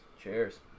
Cheers